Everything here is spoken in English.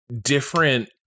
different